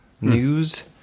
News